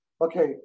Okay